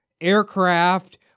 aircraft